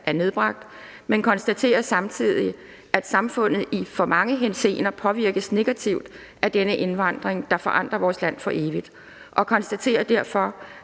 er nedbragt, men konstaterer samtidig, at samfundet i mange henseender påvirkes negativt af denne indvandring, der forandrer vores land for evigt, og konstaterer derfor,